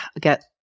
get